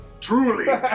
Truly